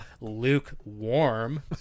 lukewarm